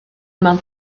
mewn